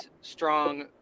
strong